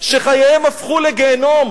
שחייהם הפכו לגיהינום.